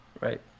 Right